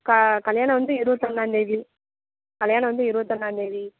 க கல்யாணம் வந்து இருவத்தொன்றாந்தேதி கல்யாணம் வந்து இருவத்தொன்றாந்தேதி